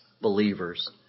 believers